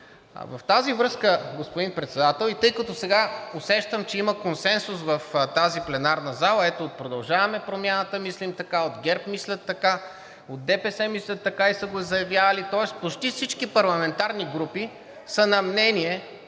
В тази връзка, господин Председател, и тъй като сега усещам, че има консенсус в тази пленарна зала, ето от „Продължаваме Промяната“ мислят така, от ГЕРБ мислят така, от ДПС мислят така и са го заявявали, тоест почти всички парламентарни групи са на мнение,